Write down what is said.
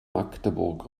magdeburg